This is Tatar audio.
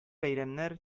бәйрәмнәр